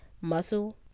muscle